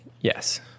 Yes